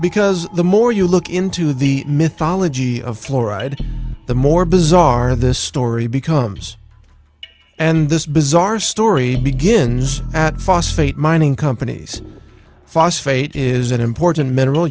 because the more you look into the myth ology of fluoride the more bizarre the story becomes and this bizarre story begins at phosphate mining companies phosphate is an important m